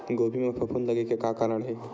गोभी म फफूंद लगे के का कारण हे?